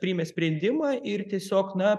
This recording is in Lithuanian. priėmė sprendimą ir tiesiog na